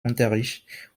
unterricht